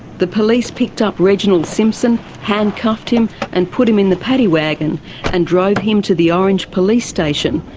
the police picked up reginald simpson, handcuffed him and put him in the paddy wagon and drove him to the orange police station,